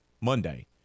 Monday